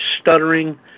stuttering